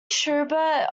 shubert